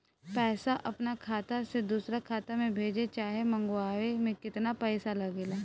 पैसा अपना खाता से दोसरा खाता मे भेजे चाहे मंगवावे में केतना पैसा लागेला?